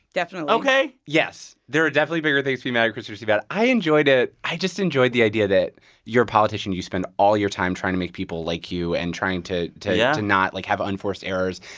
definitely. ok? yes, there are definitely bigger things to be mad at chris christie about. i enjoyed it. i just enjoyed the idea that you're a politician. you spend all your time trying to make people like you and trying to. yeah. not, like, have unforced errors.